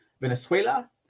Venezuela